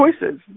choices